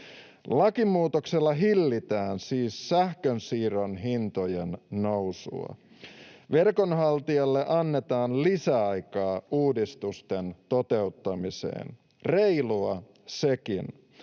Lakimuutoksella hillitään siis sähkönsiirron hintojen nousua. Verkonhaltijalle annetaan lisäaikaa uudistusten toteuttamiseen — reilua sekin.